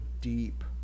deep